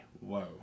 Whoa